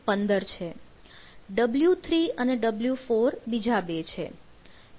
w3 અને w4 બીજા બે છે